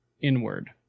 inward